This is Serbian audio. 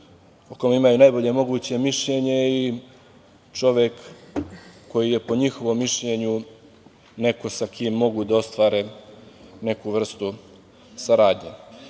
o kome imaju najbolje moguće mišljenje i čovek koji je po njihovom mišljenju neko sa kim mogu da ostvare neku vrstu saradnje. Danas